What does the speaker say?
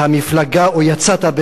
מהמפלגה או יצאת.